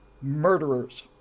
murderers